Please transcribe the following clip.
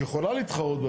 שהיא יכולה להתחרות.